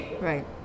Right